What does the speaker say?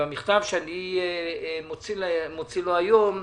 ואני רוצה להקריא לכם את המכתב שאני מוציא לו היום: